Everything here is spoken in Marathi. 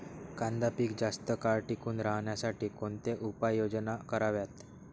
कांदा पीक जास्त काळ टिकून राहण्यासाठी कोणत्या उपाययोजना कराव्यात?